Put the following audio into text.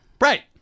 Right